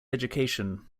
education